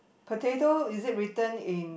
potato is it written in